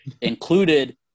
Included